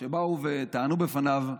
שבאו וטענו בפניו: